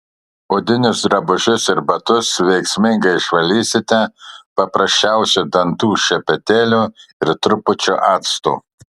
odinius drabužius ir batus veiksmingai išvalysite paprasčiausiu dantų šepetėliu ir trupučiu acto